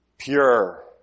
pure